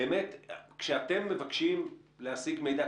באמת כשאתם מבקשים להשיג מידע,